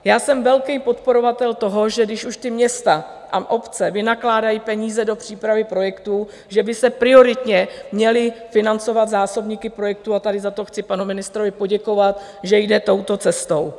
Já jsem velký podporovatel toho, že když už města a obce vynakládají peníze do přípravy projektů, že by se prioritně měly financovat zásobníky projektů, a tady za to chci panu ministrovi poděkovat, že jde touto cestou.